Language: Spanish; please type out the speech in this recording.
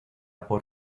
por